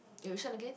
You-Sheng again